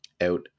out